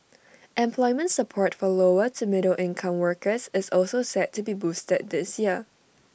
employment support for lower to middle income workers is also set to be boosted this year